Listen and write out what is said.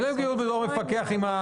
אין להם קביעות כמפקחים .